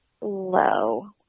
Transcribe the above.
low